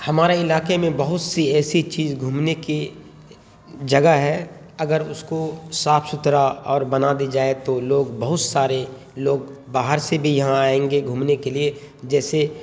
ہمارے علاقے میں بہت سی ایسی چیز گھومنے کی جگہ ہے اگر اس کو صاف ستھرا اور بنا دی جائے تو لوگ بہت سارے لوگ باہر سے بھی یہاں آئیں گے گھومنے کے لیے جیسے